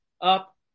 up